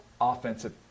offensive